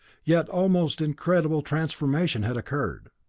yet almost incredible, transformation had occurred.